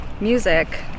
music